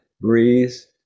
breeze